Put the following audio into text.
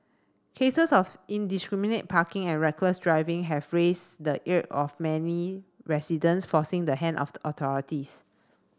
cases of indiscriminate parking and reckless riding have raised the ire of many residents forcing the hand of authorities